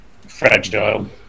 fragile